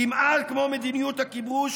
כמעט כמו מדיניות הכיבוש